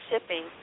shipping